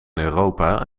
europa